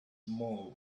mode